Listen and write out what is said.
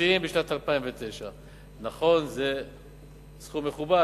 שנתיים בשנת 2009. נכון, זה סכום מכובד